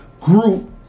group